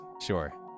Sure